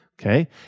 Okay